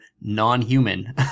non-human